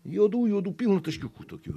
juodų juodų pilna taškiukų tokių